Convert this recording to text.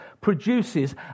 produces